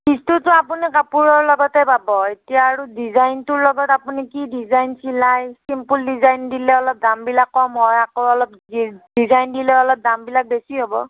পিছটোতো আপুনি কাপোৰৰ লগতে পাব এতিয়া আৰু ডিজাইনটোৰ লগত আপুনি কি ডিজাইন চিলাই চিম্পুল ডিজাইন দিলে অলপ দামবিলাক কম হয় আকৌ অলপ ডি ডিজাইন দিলে অলপ দামবিলাক বেছি হ'ব